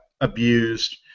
abused